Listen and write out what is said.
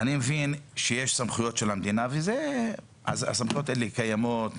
שיש סמכויות של המדינה והסמכויות האלה קיימות,